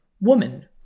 woman